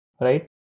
right